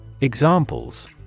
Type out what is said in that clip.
Examples